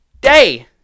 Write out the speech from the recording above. day